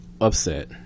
upset